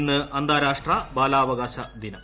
ഇന്ന് അന്താരാഷ്ട്ര ബാലാവകാശ ദിനം